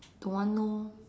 don't want orh